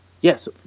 yes